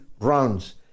rounds